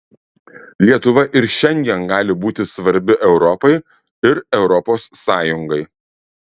lietuva ir šiandien gali būti svarbi europai ir europos sąjungai